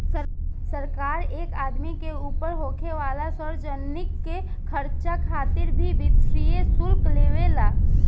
सरकार एक आदमी के ऊपर होखे वाला सार्वजनिक खर्चा खातिर भी वित्तीय शुल्क लेवे ला